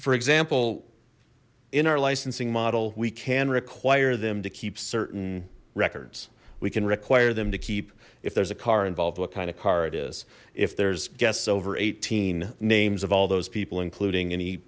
for example in our licensing model we can require them to keep certain records we can require them to keep if there's a car involved what kind of car it is if there's guests over eighteen names of all those people including any